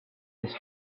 his